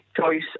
choice